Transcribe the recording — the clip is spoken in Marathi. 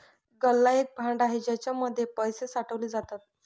गल्ला एक भांड आहे ज्याच्या मध्ये पैसे साठवले जातात